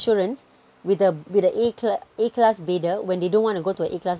insurance with a with a a class bidder when they don't want to go to a class